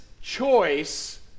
choice